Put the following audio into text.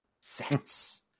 Sex